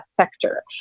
sector